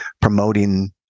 promoting